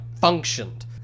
functioned